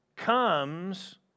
Comes